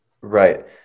right